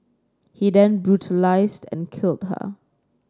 he then brutalised and killed her